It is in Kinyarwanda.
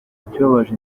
ikibabaje